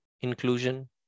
inclusion